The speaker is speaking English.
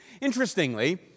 Interestingly